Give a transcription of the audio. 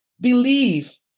Believe